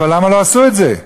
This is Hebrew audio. אבל למה לא עשו את זה?